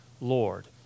Lord